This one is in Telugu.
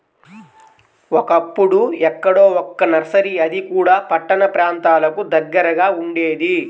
ఒకప్పుడు ఎక్కడో ఒక్క నర్సరీ అది కూడా పట్టణ ప్రాంతాలకు దగ్గరగా ఉండేది